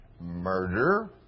murder